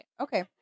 Okay